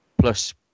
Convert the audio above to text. plus